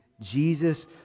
Jesus